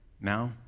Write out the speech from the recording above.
now